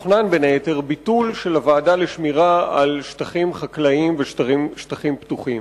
ביטול של הוועדה לשמירה על שטחים חקלאיים ושטחים פתוחים.